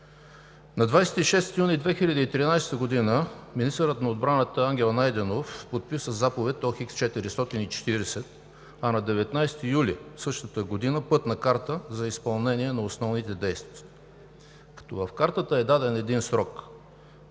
На 26 юни 2013 г. министърът на отбраната Ангел Найденов подписа Заповед № ОХ-440, а на 19 юли същата година – пътна карта за изпълнение на основните действия, като в картата е даден един срок –